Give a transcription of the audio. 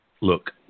look